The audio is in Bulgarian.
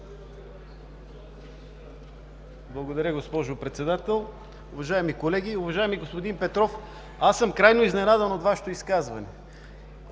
Благодаря, госпожо Председател. Уважаеми колеги! Уважаеми господин Петров, крайно изненадан съм от Вашето изказване.